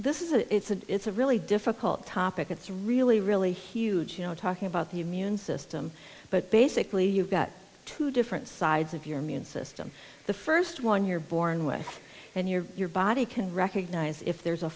this is a it's a it's a really difficult topic it's really really huge you know talking about the immune system but basically you've got two different sides of your immune system the first one you're born with and your body can recognize if there's a